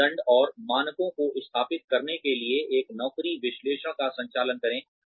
मापदंड और मानकों को स्थापित करने के लिए एक नौकरी विश्लेषण का संचालन करें